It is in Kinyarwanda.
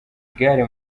igare